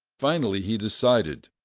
finally he decided